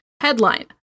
Headline